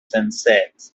sunset